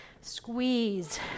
Squeeze